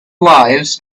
lives